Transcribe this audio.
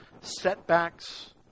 setbacks